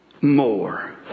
more